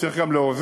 צריך גם להוזיל,